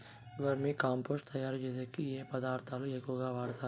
వర్మి compost తయారుచేసేకి ఏ పదార్థాలు ఎక్కువగా వాడుతారు